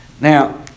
Now